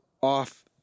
off